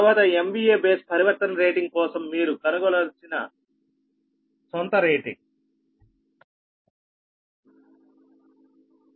తరువాత MVA base పరివర్తన rating కోసం మీరు కనుగొనవలసిన సొంత రేటింగ్